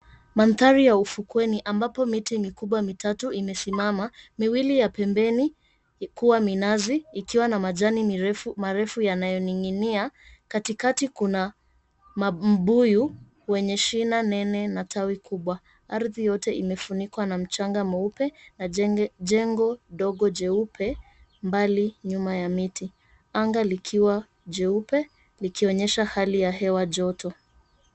Mandhari ya ufukweni ambapo miti mikubwa mitatu imesimama. Miwili ya pembeni kuwa minazi ikiwa na majani mirefu, marefu yanayoning'inia. Katikati kuna mabuyu wenye shina nene na tawi kubwa. Ardhi yote imefunikwa na mchanga mweupe, na jengo dogo jeupe mbali nyuma ya miti. Anga likiwa jeupe, likionyesha hali ya hewa joto.